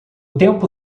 tempo